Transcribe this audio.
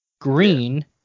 green